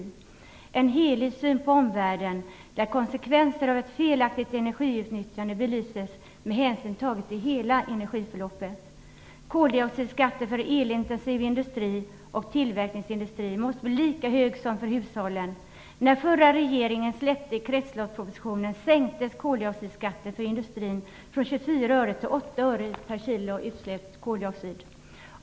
Det krävs en helhetssyn på omvärlden där konsekvenser av ett felaktigt energiutnyttjande belyses med hänsyn tagen till hela energiförloppet. Koldioxidskatten för elintensiv industri och tillverkningsindustri måste bli lika hög som för hushållen. När förra regeringen avgav kretsloppspropositionen sänktes koldioxidskatten för industrin från 24 öre till 8 öre per kilo utsläppt koldioxid.